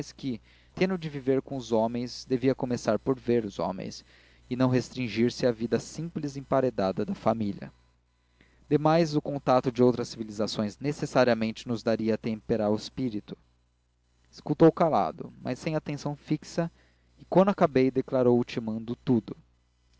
que tendo de viver com os homens devia começar por ver os homens e não restringir se à vida simples e emparedada da família demais o contacto de outras civilizações necessariamente nos daria têmpera ao espírito escutou calado mas sem atenção fixa e quando acabei declarou ultimando tudo